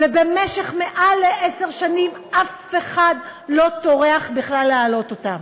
ובמשך מעל לעשר שנים אף אחד לא טורח בכלל להעלות אותם.